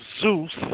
Zeus